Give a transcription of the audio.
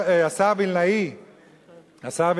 השר וילנאי שומע?